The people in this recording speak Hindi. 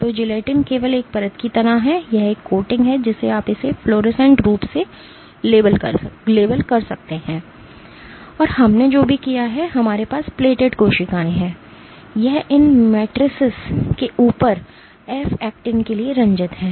तो जिलेटिन केवल एक परत की तरह है यह एक कोटिंग है जिसे आप इसे फ्लोरोसेंट रूप से लेबल कर सकते हैं और हमने जो भी किया है हमारे पास प्लेटेड कोशिकाएं हैं यह इन मेट्रिसेस के ऊपर एफ एक्टिन के लिए रंजित है